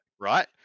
right